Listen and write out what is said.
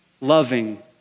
loving